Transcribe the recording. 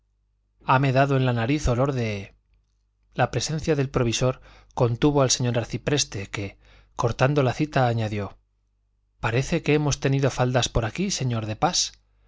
hame dado en la nariz olor de la presencia del provisor contuvo al señor arcipreste que cortando la cita añadió parece que hemos tenido faldas por aquí señor de pas